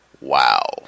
Wow